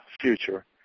future